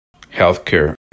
Healthcare